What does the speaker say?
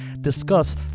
discuss